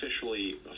officially